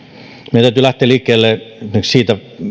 meidän täytyy lähteä liikkeelle esimerkiksi siitä